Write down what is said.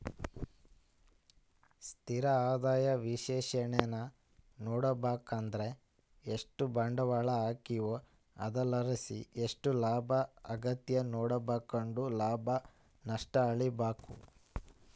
ಸ್ಥಿರ ಆದಾಯ ವಿಶ್ಲೇಷಣೇನಾ ನೋಡುಬಕಂದ್ರ ಎಷ್ಟು ಬಂಡ್ವಾಳ ಹಾಕೀವೋ ಅದರ್ಲಾಸಿ ಎಷ್ಟು ಲಾಭ ಆಗೆತೆ ನೋಡ್ಕೆಂಡು ಲಾಭ ನಷ್ಟ ಅಳಿಬಕು